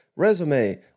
resume